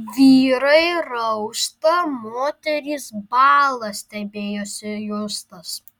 vyrai rausta moterys bąla stebėjosi justas